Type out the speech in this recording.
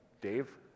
Dave